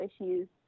issues